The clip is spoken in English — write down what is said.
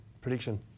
Prediction